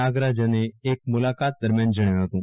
નાગરાજને એક મુઅલાકાત દરમિયાન જણાવ્યું હતું